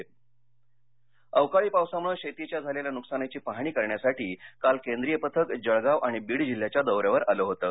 जळगाव बीड अवकाळी पावसामुळे शेतीच्या झालेल्या नुकसानीची पाहणी करण्यासाठी काल केंद्रीय पथक जळगाव आणि बीड जिल्ह्याच्या दौऱ्यावर आलं होतं